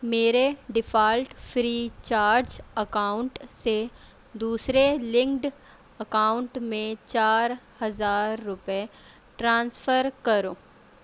میرے default free charge account سے دوسرے لنکڈ اکاؤنٹ میں چار ہزار روپئے ٹرانسفر کرو